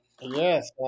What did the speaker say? Yes